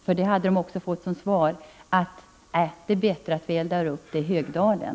De hade nämligen också fått som svar att det är bättre att elda upp papperet i Högdalen.